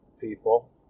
people